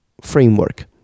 framework